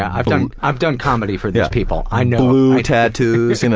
i've done i've done comedy for these people, i know. blue tattoos, you know